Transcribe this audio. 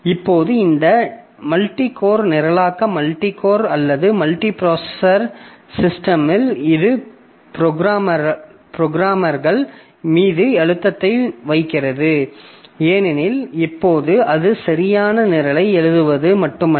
இப்போது இந்த மல்டிகோர் நிரலாக்க மல்டி கோர் அல்லது மல்டிபிராசசர் சிஸ்டம்ஸ் இது புரோகிராமர்கள் மீது அழுத்தத்தை வைக்கிறது ஏனெனில் இப்போது அது சரியான நிரலை எழுதுவது மட்டுமல்ல